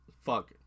Fuck